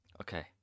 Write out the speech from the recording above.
Okay